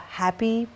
happy